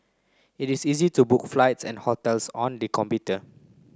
it is easy to book flights and hotels on the computer